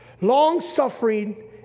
long-suffering